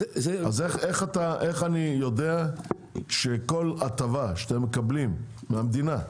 איך אני יודע שכל הטבה שאתם מקבלים מהמדינה,